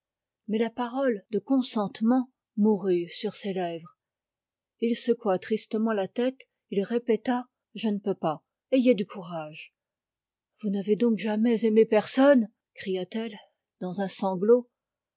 mais la parole de consentement mourut sur ses lèvres il secoua tristement la tête il répéta je ne peux pas ayez du courage vous n'avez donc jamais aimé personne cria-t-elle dans un sanglot